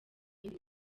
yindi